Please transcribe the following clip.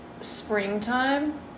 springtime